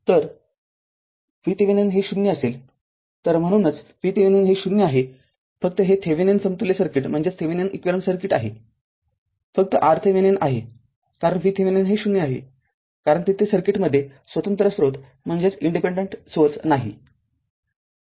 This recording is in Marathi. तर VThevenin हे ० असेलतरम्हणूनच VThevenin हे ० आहे फक्त हे थेविनिन समतुल्य सर्किट आहे फक्त RThevenin आहे कारण VThevenin हे ० असेल कारण तेथे सर्किटमध्ये स्वतंत्र स्रोत नाही